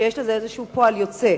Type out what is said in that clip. שיש לזה איזה פועל יוצא.